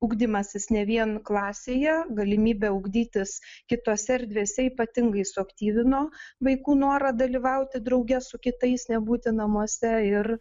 ugdymasis ne vien klasėje galimybė ugdytis kitose erdvėse ypatingai suaktyvino vaikų norą dalyvauti drauge su kitais nebūti namuose ir